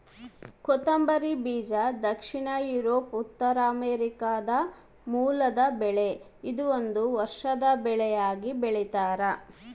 ಕೊತ್ತಂಬರಿ ಬೀಜ ದಕ್ಷಿಣ ಯೂರೋಪ್ ಉತ್ತರಾಮೆರಿಕಾದ ಮೂಲದ ಬೆಳೆ ಇದೊಂದು ವರ್ಷದ ಬೆಳೆಯಾಗಿ ಬೆಳ್ತ್ಯಾರ